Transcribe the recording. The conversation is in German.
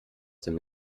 dem